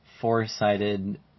four-sided